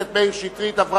התשס"ט 2009,